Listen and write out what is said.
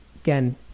again